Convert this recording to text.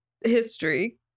history